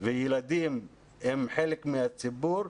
וילדים הם חלק מהציבור,